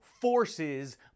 forces